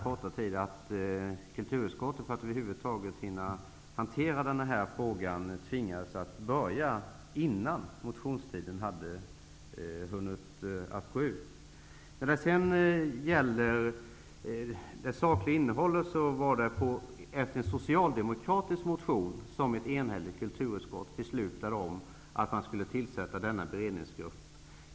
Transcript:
För att kulturutskottet över huvud taget skulle hinna hantera denna fråga tvingades man att börja innan motionstiden var slut. När det gäller det sakliga innehållet var det med anledning av en socialdemokratisk motion som ett enhälligt kulturutskott fattade beslut om att tillsätta denna beredningsgrupp.